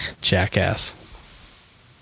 Jackass